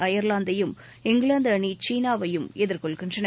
அயர்லாந்தையும் England அணி சீனாவையும் எதிர்கொள்கின்றன